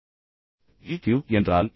இப்போது இந்த EQ என்றால் என்ன